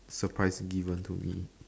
surprise given to me